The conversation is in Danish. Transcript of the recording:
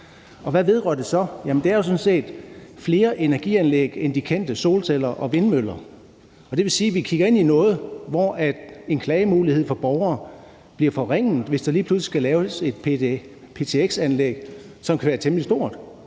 og hvad vedrører det så? Det er jo sådan set flere energianlæg end de kendte solceller og vindmøller, og det vil sige, at vi kigger ind i noget, hvor en klagemulighed for borgere bliver forringet, hvis der lige pludselig skal laves et ptx-anlæg, som kan være temmelig stort,